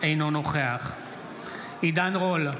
אינו נוכח עידן רול,